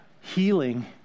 healing